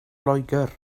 loegr